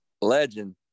legend